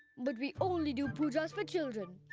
but we only do pujas for children.